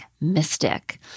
mystic